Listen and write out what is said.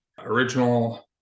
original